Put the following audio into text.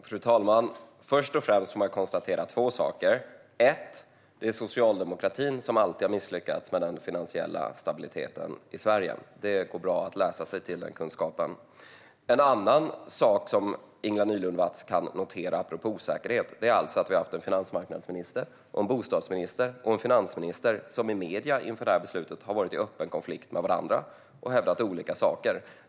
Fru talman! Först och främst får man konstatera två saker. Den första är att det är socialdemokratin som alltid har misslyckats med den finansiella stabiliteten i Sverige. Det går bra att läsa sig till den kunskapen. En annan sak som Ingela Nylund Watz kan notera apropå osäkerhet är att vi har en finansmarknadsminister, en bostadsminister och en finansminister som i medierna inför detta beslut har varit i öppen konflikt med varandra och hävdat olika saker.